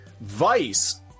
Vice